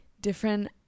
different